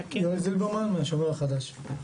יואל זילברמן מהשומר החדש.